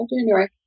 January